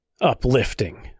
uplifting